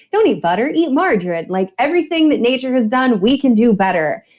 don't eat butter, eat margarine. like everything that nature has done, we can do better.